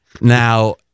Now